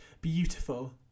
beautiful